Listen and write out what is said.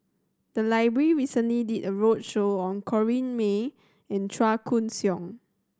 the library recently did a roadshow on Corrinne May and Chua Koon Siong